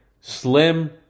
Slim